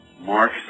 Mark